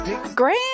grand